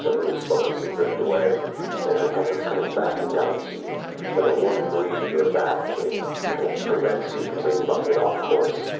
sort of lose focus and drift away and her presence comes back and guides you like a warm breeze at your back, it kind of prevents you from being buffeted off-course,